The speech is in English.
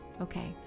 okay